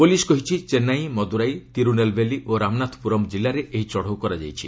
police କହିଛି ଚେନ୍ନାଇ ମଦୁରାଇ ତିରୁନେଲବେଲି ଓ ରାମନାଥପୁରମ୍ କିଲ୍ଲାରେ ଏହି ଚଢ଼ଉ କରାଯାଇଛି